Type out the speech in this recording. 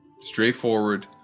straightforward